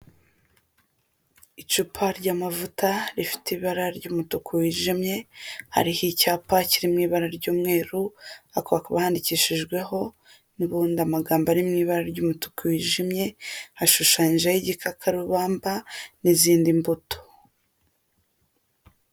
Icupa ry'amavuta rifite ibara ry'umutuku wijimye, hariho icyapa kiri mu ibara ry'umweru, ariko hakaba handikishijweho nubundi amagambo ari mu ibara ry'umutuku wijimye, hashushanyijeho igikakarubamba n'izindi mbuto.